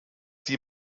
sie